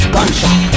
Gunshot